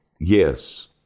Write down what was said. yes